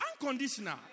unconditional